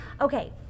okay